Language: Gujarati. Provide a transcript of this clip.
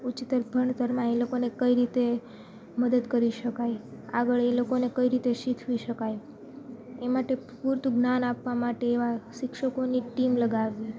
ઉચ્ચત્તર ભણતરમાં એ લોકોને કઈ રીતે મદદ કરી શકાય આગળ એ લોકોને કઈ રીતે શીખવી શકાય એ માટે પૂરતું જ્ઞાન આપવા માટે એવા શિક્ષકોની ટીમ લગાવવી